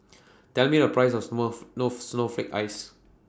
Tell Me The Price of Snowflake Ice